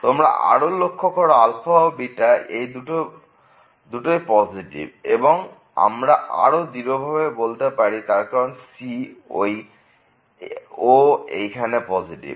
তোমরা আরও লক্ষ করো αβ এই দুটোই পজেটিভ এবং এখন আমরা আরো দৃঢ় ভাবে বলতে পারি তার কারণ c ও এইখানে পজিটিভ